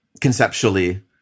conceptually